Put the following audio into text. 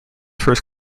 first